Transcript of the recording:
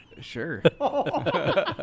Sure